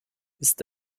ist